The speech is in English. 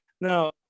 Now